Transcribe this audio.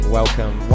welcome